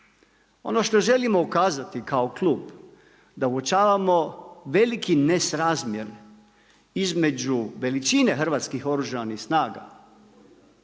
Ono što želimo ukazati kao klub da uočavamo veliki nesrazmjer između veličine Hrvatskih oružanih snaga